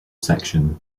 section